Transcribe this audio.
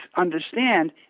understand